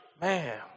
man